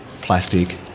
plastic